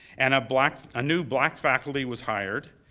and a black, a new black faculty was hired.